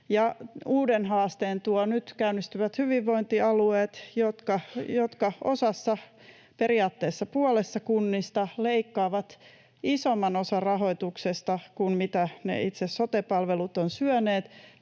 uuden haasteen tuovat nyt käynnistyvät hyvinvointialueet, jotka osassa, periaatteessa puolessa, kunnista leikkaavat isomman osan rahoituksesta kuin mitä ne itse sote-palvelut ovat syöneet,